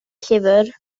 llyfr